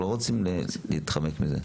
אנחנו לא רוצים להתחמק מזה.